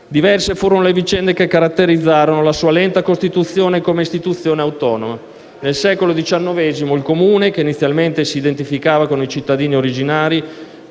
diverse furono le vicende che caratterizzarono la sua lenta costituzione come istituzione autonoma. Nel secolo XIX il Comune, che inizialmente si identificava con i cittadini originari,